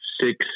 six